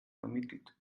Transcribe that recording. vermittelt